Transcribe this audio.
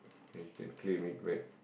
and you can claim it back